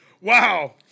Wow